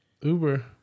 Uber